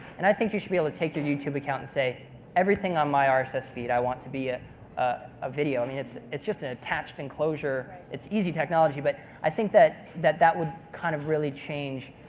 and i think you should be able to take your youtube account and say everything on my so rss feed i want to be a ah ah video. i mean it's it's just an attached enclosure. it's easy technology. but i think that that that would kind of really change